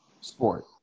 sport